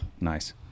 Nice